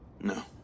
No